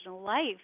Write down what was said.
life